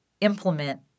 implement